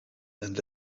and